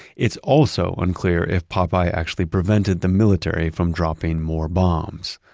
it's also unclear if popeye actually prevented the military from dropping more bombs,